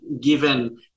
given